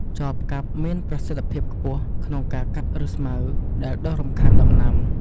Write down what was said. ចបកាប់មានប្រសិទ្ធភាពខ្ពស់ក្នុងការ កាត់ឫសស្មៅដែលដុះរំខានដំណាំ។